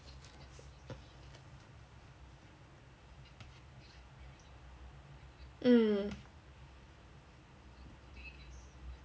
mm